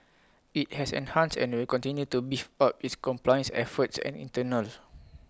IT has enhanced and will continue to beef up its compliance efforts and internals